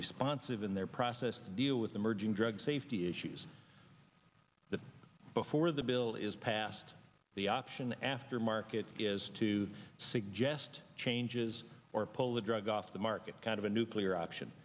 responsive in their process to deal with emerging drug safety issues that before the bill is passed the option after market is to suggest changes or pull the drug off the market kind of a nuclear